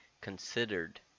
considered